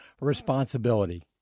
Responsibility